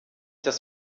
dass